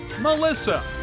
Melissa